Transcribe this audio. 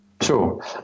sure